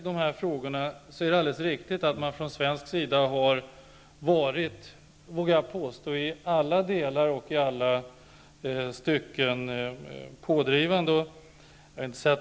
Jag vågar påstå att man från svensk sida i dessa frågor i alla stycken har varit pådrivande.